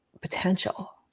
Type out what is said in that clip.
potential